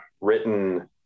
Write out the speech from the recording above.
written